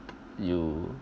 you